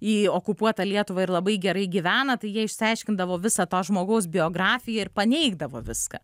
į okupuotą lietuvą ir labai gerai gyvena tai jie išsiaiškindavo visą to žmogaus biografija ir paneigdavo viską